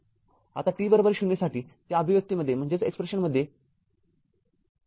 आता t० साठी त्या अभिव्यक्तीमध्ये t० ठेवा